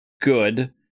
good